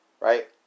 right